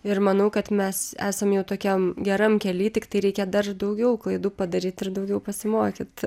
ir manau kad mes esam jau tokiam geram kely tiktai reikia dar daugiau klaidų padaryt ir daugiau pasimokyt